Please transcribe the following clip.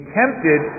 tempted